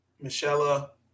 Michelle